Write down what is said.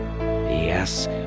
Yes